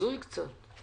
הזוי קצת.